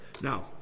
Now